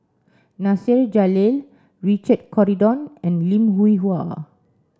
Nasir Jalil Richard Corridon and Lim Hwee Hua